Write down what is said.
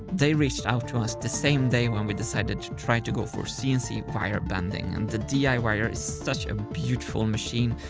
they reached out to us the same day when we decided to try to go for cnc wire bending. and the di wire is such a beautiful machine,